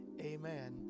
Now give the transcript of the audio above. Amen